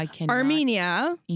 Armenia